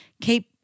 keep